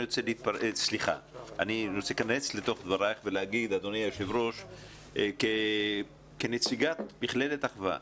אני רוצה להתפרץ ולהגיד לך כנציגת מכללת אחווה,